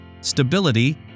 stability